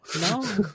no